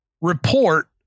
report